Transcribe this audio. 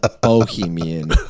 Bohemian